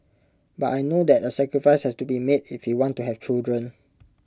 but I know that A sacrifice has to be made if we want to have children